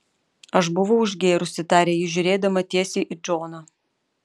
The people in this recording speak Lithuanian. aš buvau išgėrusi tarė ji žiūrėdama tiesiai į džoną